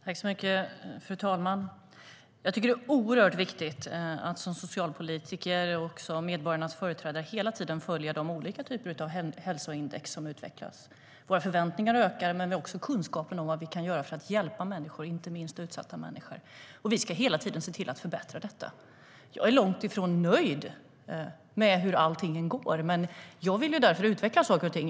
Fru talman! Jag tycker att det är oerhört viktigt att som socialpolitiker och medborgarnas företrädare hela tiden följa de olika typer av hälsoindex som utvecklas. Våra förväntningar ökar, men vi har också kunskapen om vad vi kan göra för att hjälpa människor, inte minst utsatta människor. Och vi ska hela tiden se till att förbättra detta. Jag är långt ifrån nöjd med hur allting går. Jag vill därför utveckla saker och ting.